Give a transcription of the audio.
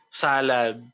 salad